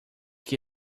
que